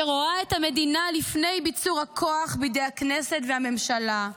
שרואה את המדינה לפני ביצור הכוח בידי הכנסת והממשלה.